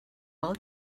while